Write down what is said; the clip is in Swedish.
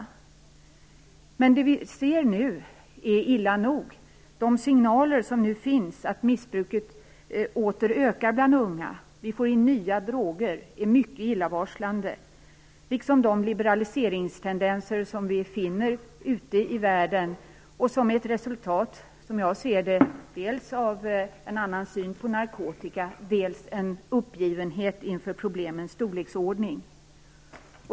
Vad vi nu ser är emellertid illa nog. De signaler som nu finns - att missbruket åter ökar bland unga och att vi får in nya droger - är mycket illavarslande, liksom de liberaliseringstendenser som finns ute i världen och som, som jag ser saken, är resultatet dels av en annan syn på narkotikan, dels av en uppgivenhet inför problemens storleksordning.